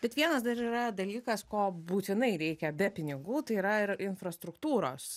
bet vienas dar yra dalykas ko būtinai reikia be pinigų tai yra ir infrastruktūros